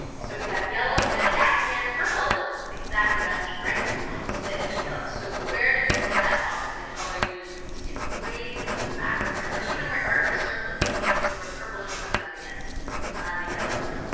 so we have yellow and yak and purple is exactly that's right the opposite of yo so where do we see that opposite color used we see it way in the background or even where our car circling you can and see where purple is coming up against the yellow